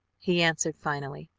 he answered finally,